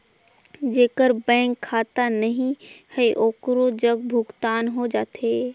जेकर बैंक खाता नहीं है ओकरो जग भुगतान हो जाथे?